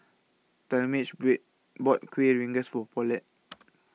Talmage bought Kuih Rengas For Paulette